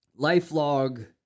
LifeLog